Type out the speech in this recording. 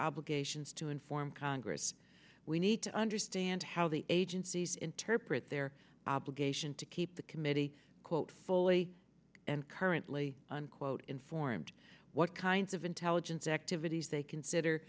obligations to inform congress we need to understand how the agency interpret their obligation to keep the committee quote fully and currently unquote informed what kinds of intelligence activities they consider